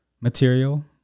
material